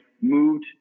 moved